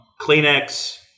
Kleenex